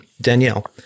Danielle